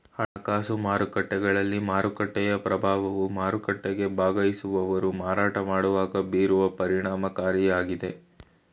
ಹಣಕಾಸು ಮಾರುಕಟ್ಟೆಗಳಲ್ಲಿ ಮಾರುಕಟ್ಟೆಯ ಪ್ರಭಾವವು ಮಾರುಕಟ್ಟೆಗೆ ಭಾಗವಹಿಸುವವರು ಮಾರಾಟ ಮಾಡುವಾಗ ಬೀರುವ ಪರಿಣಾಮಕಾರಿಯಾಗಿದೆ